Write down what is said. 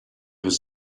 was